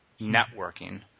networking